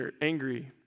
angry